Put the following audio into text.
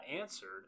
answered